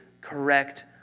correct